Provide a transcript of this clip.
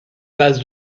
bases